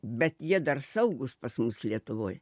bet jie dar saugūs pas mus lietuvoj